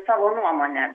savo nuomonę